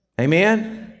amen